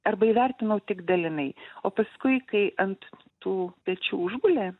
arba įvertinau tik dalinai o paskui kai ant tų pečių užguli